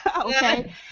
okay